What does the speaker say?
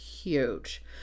huge